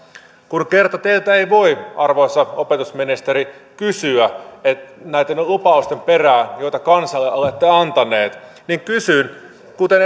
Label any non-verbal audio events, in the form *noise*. kun kerta teiltä ei voi arvoisa opetusministeri kysyä näitten lupausten perään joita kansalle olette antanut niin kysyn kuten *unintelligible*